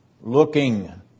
looking